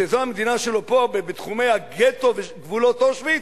שזו המדינה שלו פה, בתחומי הגטו, בגבולות אושוויץ,